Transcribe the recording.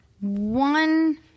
one